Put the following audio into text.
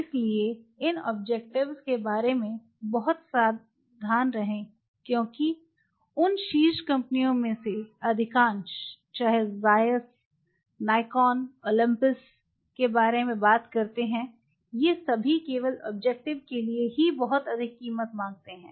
इसलिए इन ओब्जेक्टिवेस के बारे में बहुत सावधान रहें क्योंकि उन शीर्ष कंपनियों में से अधिकांश चाहे ज़ायस निकॉन ओलंपस के बारे में बात करते हैं ये सभी केवल ऑब्जेक्टिव के लिए ही बहुत अधिक कीमत मांगते हैं